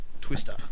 Twister